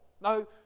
No